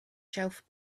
shelf